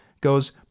goes